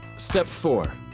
step four.